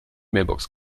mailbox